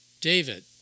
David